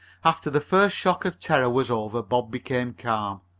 after the first shock of terror was over bob became calm.